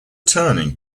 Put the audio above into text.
turning